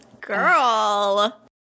Girl